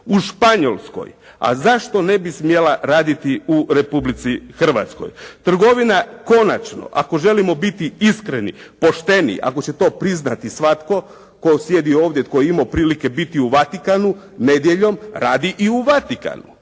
u Španjolskoj, a zašto ne bi smjela raditi u Republici Hrvatskoj. Trgovina konačno ako želimo biti iskreni, pošteni, ako će to priznati svatko tko sjedi ovdje, tko je imao prilike biti u Vatikanu nedjeljom, radi i u Vatikanu.